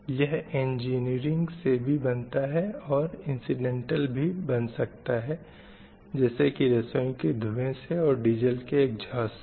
यह एंजिनीरिंग से भी बनता है और इन्सिडेंटल भी बन सकता है जैसे की रसोईं के धुएँ में और डीज़ल के इग्ज़ॉस्ट से